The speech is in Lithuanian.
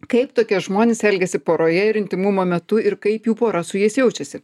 kaip tokie žmonės elgiasi poroje ir intymumo metu ir kaip jų pora su jais jaučiasi